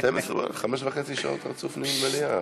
חמש שעות וחצי רצוף ניהול מליאה,